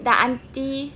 the aunty